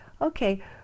okay